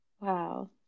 Wow